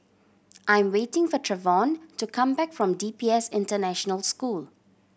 I am waiting for Trevon to come back from D P S International School